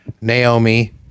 Naomi